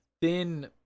thin